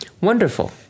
Wonderful